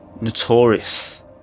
notorious